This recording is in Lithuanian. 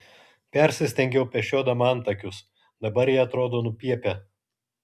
persistengiau pešiodama antakius dabar jie atrodo nupiepę